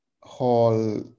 hall